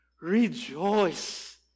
Rejoice